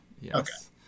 yes